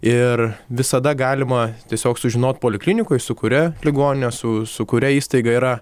ir visada galima tiesiog sužinot poliklinikoj su kuria ligonine su su kuria įstaiga yra